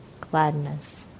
Gladness